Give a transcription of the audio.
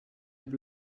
have